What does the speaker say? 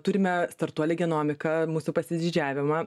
turime startuolį genomiką mūsų pasididžiavimą